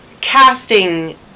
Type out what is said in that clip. casting